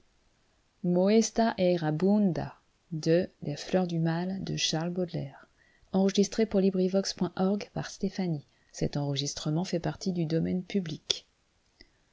les fleurs du mal ne